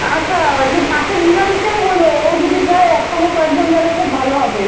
আচ্ছা ওই যে পাশে মীনাদিকেও বোলো ও যদি যায় একসঙ্গে কয়েকজন গেলে খুব ভালো হবে